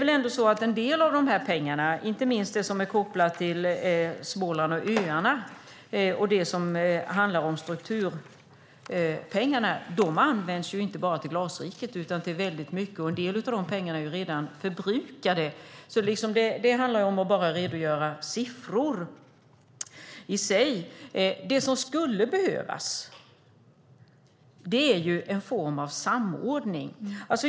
Det är dock så att en del av dessa pengar, inte minst det som är kopplat till Småland och öarna och det som handlar om strukturpengar, inte bara används till Glasriket utan till väldigt mycket. En del av de pengarna är också redan förbrukade. Det handlar alltså om att bara redovisa siffror i sig. Det som skulle behövas är en form av samordning.